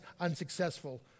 unsuccessful